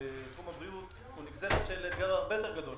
בתחום הבריאות הוא נגזרת של אתגר הרבה יותר גדול